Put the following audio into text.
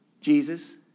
Jesus